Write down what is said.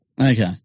Okay